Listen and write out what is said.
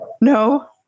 No